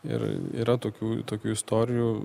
ir yra tokių tokių istorijų